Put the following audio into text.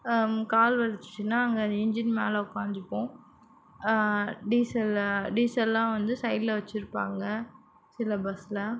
கால் வலிச்சிச்சுன்னா அங்கே இன்ஜின் மேலே உக்காந்துப்போம் டீசல் டீசல்லாம் வந்து சைடில் வச்சுருப்பாங்க சில பஸ்ஸில்